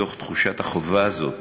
מתוך תחושת החובה הזאת,